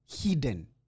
hidden